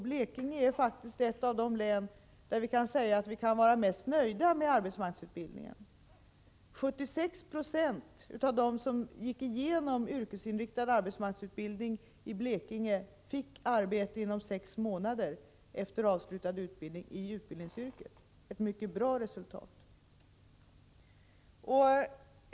Blekinge är faktiskt ett av de län där vi kan vara mest nöjda med arbetsmarknadsutbildningen. 76 76 av dem som gick igenom yrkesinriktad arbetsmarknadsutbildning i Blekinge fick inom sex månader efter avslutad utbildning arbete i utbildningsyrket. Det är ett mycket bra resultat.